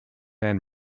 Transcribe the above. anne